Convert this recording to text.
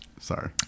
Sorry